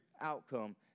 outcome